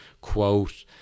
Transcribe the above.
quote